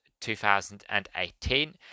2018